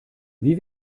wie